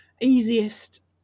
easiest